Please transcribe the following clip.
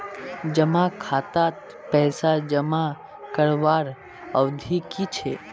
जमा खातात पैसा जमा करवार अवधि की छे?